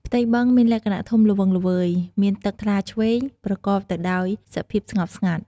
ផ្ទៃបឹងមានលក្ខណ:ធំល្វឹងល្វើយ មានទឹកថ្លាឈ្វេង ប្រកបទៅដោយសភាពស្ងប់ស្ងាត់។